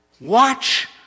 Watch